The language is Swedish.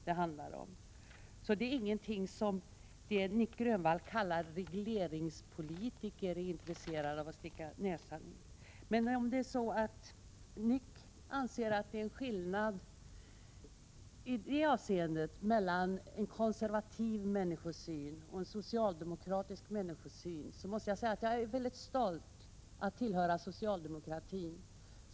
Det är således ingenting som de som Nic Grönvall kallar regleringspolitiker är intresserade av att sticka sin näsa i. Om Nic Grönvall anser att det finns en skillnad i det avseendet mellan en konservativ och en socialdemokratisk människosyn, måste jag säga att jag är väldigt stolt över att tillhöra socialdemokraterna.